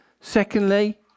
Secondly